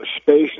Space